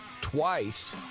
twice